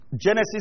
Genesis